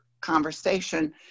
conversation